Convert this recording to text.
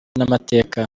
n’amateka